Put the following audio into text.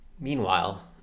Meanwhile